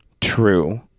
true